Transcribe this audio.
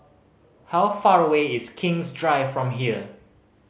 how far away is King's Drive from here